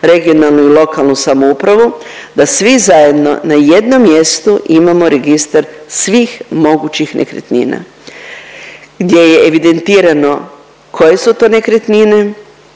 regionalnu i lokalnu samoupravu, da svi zajedno na jednom mjestu imamo registar svih mogućih nekretnina gdje je evidentirano koje su to nekretnine,